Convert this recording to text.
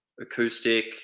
acoustic